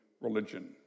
religion